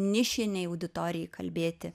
nišinei auditorijai kalbėti